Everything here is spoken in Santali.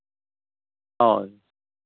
ᱦᱳᱭ